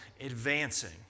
advancing